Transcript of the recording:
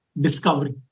discovery